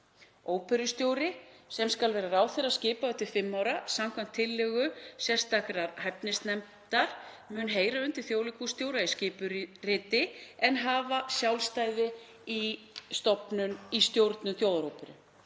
Óperustjóri, sem skal vera ráðherraskipaður til fimm ára samkvæmt tillögu sérstakrar hæfnisnefndar, mun heyra undir þjóðleikhússtjóra í skipuriti en hafa sjálfstæði í stjórnun Þjóðaróperu.